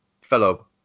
fellow